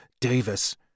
Davis